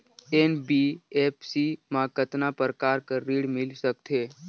NBFC मा कतना प्रकार कर ऋण मिल सकथे?